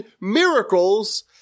miracles